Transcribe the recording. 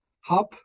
hub